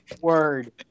word